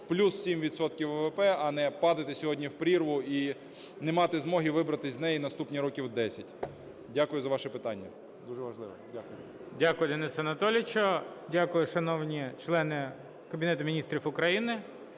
відсотків ВВП, а не падати сьогодні в прірву і не мати змоги вибратися з неї наступних років 10. Дякую за ваше питання. Дуже важливе. ГОЛОВУЮЧИЙ. Дякую, Денисе Анатолійовичу. Дякую, шановні члени Кабінету Міністрів України.